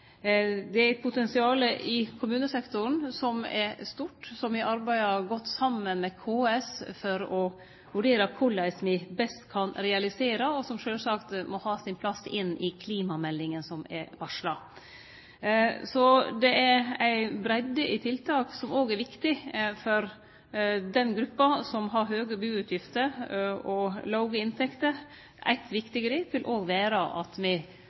eit potensial i kommunesektoren som er stort, som me arbeider med godt saman med KS for å vurdere korleis me best kan realisere, og som sjølvsagt må ha sin plass i klimameldinga som er varsla. Det er ei breidd i tiltak som òg er viktige for den gruppa som har høge buutgifter og låge inntekter. Eit viktig grep vil òg vere at me